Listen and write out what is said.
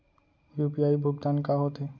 UPI भुगतान का होथे?